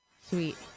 sweet